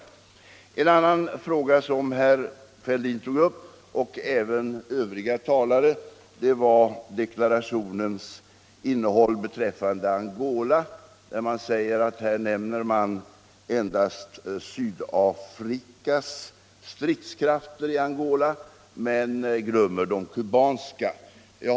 En annan fråga som herr Fälldin och även övriga talare tog upp var utrikesdeklarationens innehåll beträffande Angola. Man sade att i deklarationen nämns endast Sydafrikas stridskrafter i Angola medan de kubanska glöms bort.